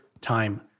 time